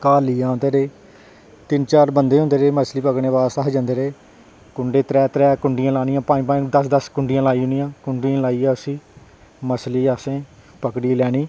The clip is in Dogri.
घर लेई आंदे रेह् तीन चार बंदे होंदे रेह् मच्छली पकड़ने आस्तै अस जंदे रेह् त्रै त्रै पंज पंज दस्स दस्स कुंडियां लांदे रौह्नियां ते कुंडै लाइयै मच्छली असें पकड़ी लैनी